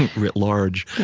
writ large,